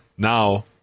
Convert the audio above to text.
Now